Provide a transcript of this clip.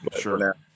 Sure